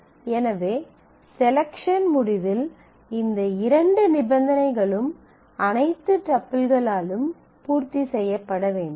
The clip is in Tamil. எனவே செலக்க்ஷன் முடிவில் இந்த இரண்டு நிபந்தனைகளும் அனைத்து டப்பிள்களாலும் பூர்த்தி செய்யப்பட வேண்டும்